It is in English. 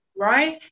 Right